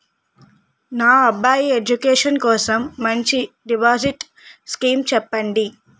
నా అబ్బాయి ఎడ్యుకేషన్ కోసం మంచి డిపాజిట్ స్కీం చెప్పండి